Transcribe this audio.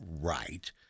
right